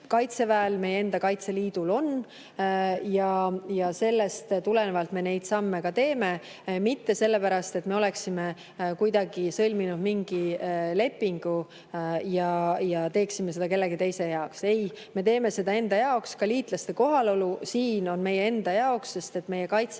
meie enda Kaitseliidul ja sellest tulenevalt me neid samme teeme, mitte sellepärast, et me oleksime kuidagi sõlminud mingi lepingu ja teeksime seda kellegi teise jaoks. Ei, me teeme seda enda jaoks. Ka liitlaste kohalolu siin on meie enda jaoks, sest et meie kaitse